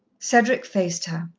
cedric faced her.